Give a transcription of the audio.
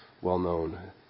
well-known